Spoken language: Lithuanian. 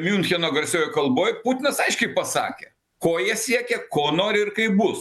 miuncheno garsiojoj kalboj putinas aiškiai pasakė ko jie siekia ko nori ir kaip bus